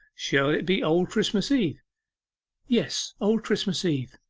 shall it be old christmas eve yes, old christmas eve